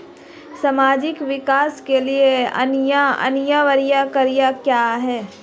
सामाजिक विकास के लिए अनिवार्य कारक क्या है?